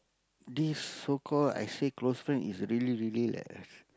this so called I say close friend is really really like a